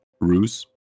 ruse